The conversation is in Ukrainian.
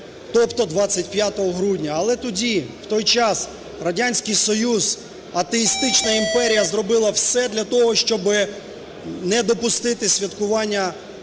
тобто 25 грудня. Але тоді в той час Радянський Союз, атеїстична імперія, зробила все для того, щоби не допустити святкування